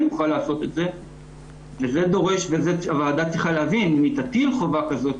נוכל לעשות את זה דורשת והוועדה צריכה להבין אם היא תטיל חובה כזו